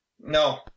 No